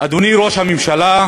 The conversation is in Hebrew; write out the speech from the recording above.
אדוני ראש הממשלה,